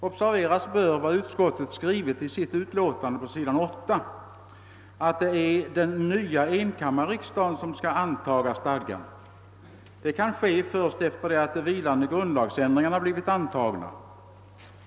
Observeras bör vad utskottet har skrivit i sitt utlåtande på s. 8, att det är den nya enkammarriksdagen som skall antaga stadgan. Detta kan ske först efter det att de vilande grundlagsändringarna blivit antagna.